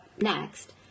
next